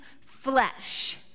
flesh